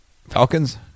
Falcons